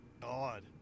god